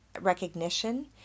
recognition